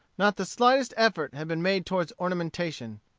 not the slightest effort had been made toward ornamentation.